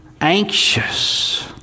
anxious